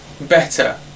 better